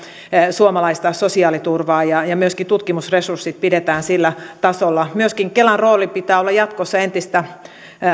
suomalaista sosiaaliturvaa ja ja myöskin tutkimusresurssit pidetään sillä tasolla myöskin kelan roolin pitää olla jatkossa entistä